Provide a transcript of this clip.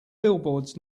billboards